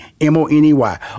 M-O-N-E-Y